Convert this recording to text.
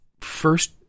first